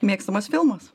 mėgstamas filmas